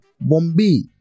Bombay